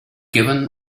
given